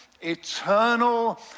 eternal